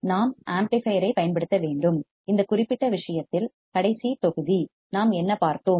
நாம் ஆம்ப்ளிபையர் ஐப் பயன்படுத்த வேண்டும் இந்த குறிப்பிட்ட விஷயத்தில் கடைசி தொகுதி நாம் என்ன பார்த்தோம்